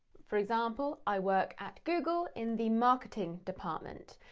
for example, i work at google in the marketing department.